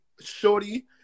shorty